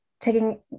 taking